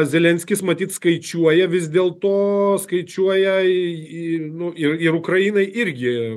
zelenskis matyt skaičiuoja vis dėlto skaičiuoja į į nu ir ukrainai irgi